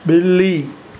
ॿिली